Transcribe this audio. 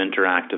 interactive